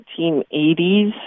1980s